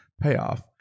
payoff